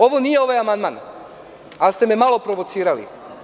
Ovo nije ovaj amandman, ali ste me malo provocirali.